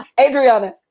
Adriana